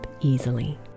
easily